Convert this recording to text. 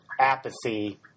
apathy